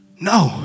No